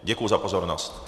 Děkuji za pozornost.